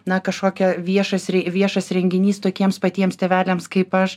na kažkokia viešas viešas renginys tokiems patiems tėveliams kaip aš